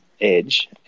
edge